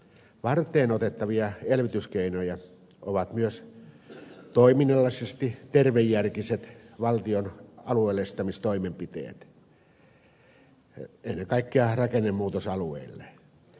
varteenotettavia elvytyskeinoja ovat myös toiminnallisesti tervejärkiset valtion alueellistamistoimenpiteet ennen kaikkea rakennemuutosalueille